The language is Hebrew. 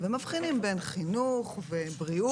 מבחינים בין חינוך ובריאות.